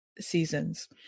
Seasons